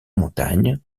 montagnes